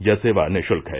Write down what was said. यह सेवा निशुल्क है